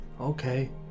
Okay